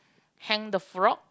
hang the frog